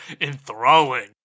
enthralling